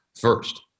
first